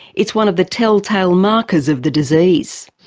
it's one of the tell-tale markers of the disease.